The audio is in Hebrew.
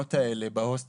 במעונות האלה, בהוסטלים.